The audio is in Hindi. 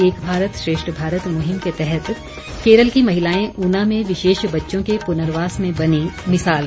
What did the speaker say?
एक भारत श्रेष्ठ भारत मुहिम के तहत केरल की महिलाएं ऊना में विशेष बच्चों के पुनर्वास में बनी मिसाल